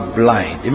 blind